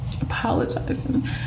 apologizing